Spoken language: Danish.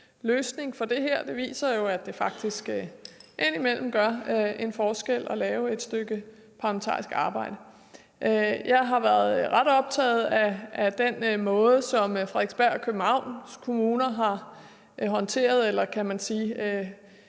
løsning på det her. Det viser jo, at det faktisk indimellem gør en forskel at lave et stykke parlamentarisk arbejde. Jeg har været ret optaget af den måde, som Frederiksberg Kommune og Københavns Kommune har håndteret eller, kan man sige,